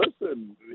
listen